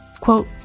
quote